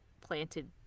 planted